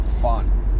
fun